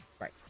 Right